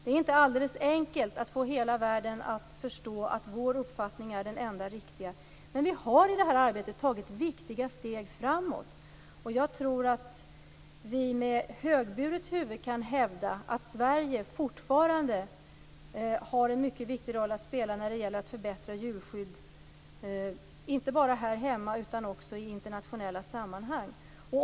Det är inte alldeles enkelt att få hela världen att förstå att vår uppfattning är den enda riktiga men vi har i detta arbete tagit viktiga steg framåt. Jag tror därför att vi med högburet huvud kan hävda att Sverige fortfarande har en mycket viktig roll att spela när det gäller att förbättra djurskyddet - inte bara här hemma utan också i internationella sammanhang.